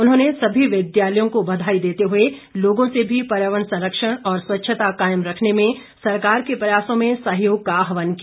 उन्होंने सभी विद्यालयों को बधाई देते हुए लोगों से भी पर्यावरण संरक्षण और स्वच्छता कायम रखने में सरकार के प्रयासों में सहयोग का आहवान किया